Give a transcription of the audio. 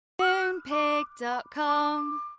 Moonpig.com